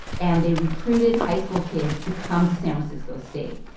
and they recruited high school kids to come to san francisco state.